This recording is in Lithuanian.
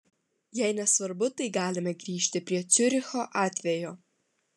jei nesvarbu tai galime grįžti prie ciuricho atvejo